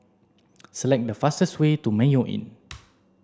select the fastest way to Mayo Inn